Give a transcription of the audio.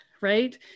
right